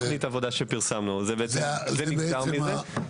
תוכנית העבודה שפרסמנו היא נגזרת של זה.